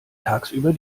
tagsüber